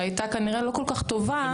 שהייתה כנראה לא כל כך טובה,